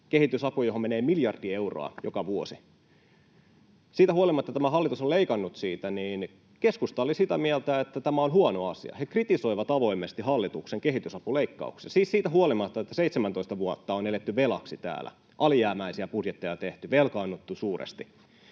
Kehitysapuun menee miljardi euroa joka vuosi. Kun siitä huolimatta tämä hallitus on leikannut siitä, niin keskusta oli sitä mieltä, että tämä on huono asia. He kritisoivat avoimesti hallituksen kehitysapuleikkauksia, siis siitä huolimatta, että 17 vuotta on eletty velaksi täällä, alijäämäisiä budjetteja tehty, velkaannuttu suuresti.